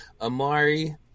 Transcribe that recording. Amari